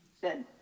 Good